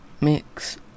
mix